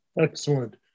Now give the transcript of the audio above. excellent